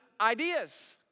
ideas